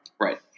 Right